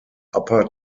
upper